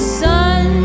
sun